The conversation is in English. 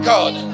God